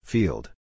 Field